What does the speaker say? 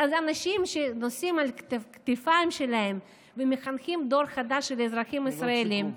אלה אנשים שנושאים על הכתפיים שלהם ומחנכים דור חדש של ישראלים.